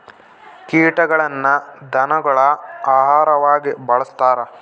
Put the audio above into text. ಕೀಟಗಳನ್ನ ಧನಗುಳ ಆಹಾರವಾಗಿ ಬಳಸ್ತಾರ